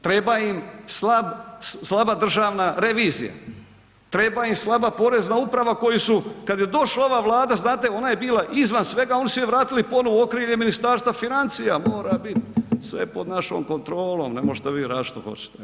Treba im slaba Državna revizija, treba im slaba Porezna uprava koju su kad je došla ova Vlada, znate ona je bila izvan svega, oni su je vratili ponovno u okrilje Ministarstva financija, mora bit sve pod našom kontrolom, ne možete vi radit šta hoćete.